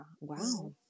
wow